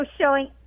showing